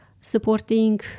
supporting